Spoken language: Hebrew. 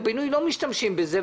הבינוי לא משתמשים בזה.